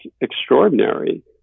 extraordinary